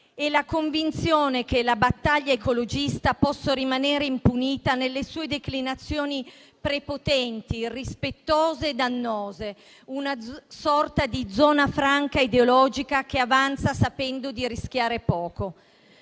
e la convinzione che la battaglia ecologista possa rimanere impunita nelle sue declinazioni prepotenti, irrispettose e dannose, una sorta di zona franca ideologica, che avanza sapendo di rischiare poco.